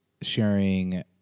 sharing